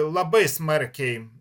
labai smarkiai